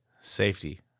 Safety